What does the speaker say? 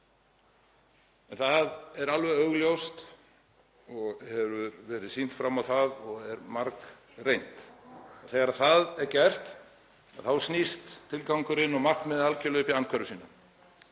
En það er alveg augljóst og hefur verið sýnt fram á það og er margreynt að þegar það er gert þá snúast tilgangurinn og markmiðið algerlega upp í andhverfu sína.